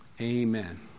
Amen